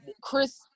Chris